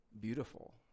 beautiful